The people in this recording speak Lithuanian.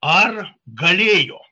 ar galėjo